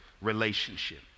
relationship